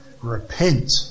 repent